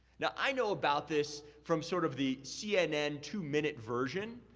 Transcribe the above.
now, i know about this from sort of the cnn two-minute version.